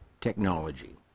technology